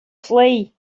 flee